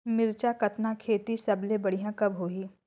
मिरचा कतना खेती सबले बढ़िया कब होही?